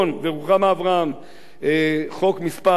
חוק מס' 1680,